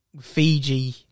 Fiji